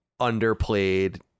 underplayed